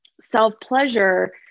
self-pleasure